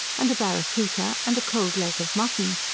and a barracoota, and a cold leg of mutton.